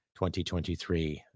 2023